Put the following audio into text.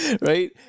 right